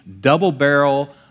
double-barrel